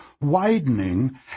widening